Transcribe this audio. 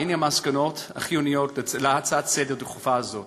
והנה המסקנות החיוניות של ההצעה הדחופה הזאת